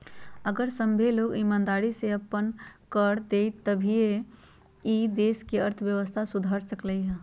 अगर सभ्भे लोग ईमानदारी से अप्पन कर देतई तभीए ई देश के अर्थव्यवस्था सुधर सकलई ह